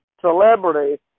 celebrity